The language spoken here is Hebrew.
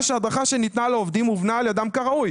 שההדרכה שניתנה לעובדים הובנה על ידם כראוי".